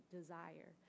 desire